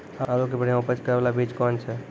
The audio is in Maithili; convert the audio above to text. आलू के बढ़िया उपज करे बाला बीज कौन छ?